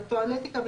בטואלטיקה,